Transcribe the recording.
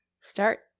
start